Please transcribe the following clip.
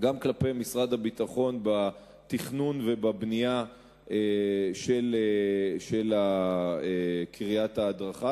גם כלפי משרד הביטחון בתכנון ובבנייה של קריית ההדרכה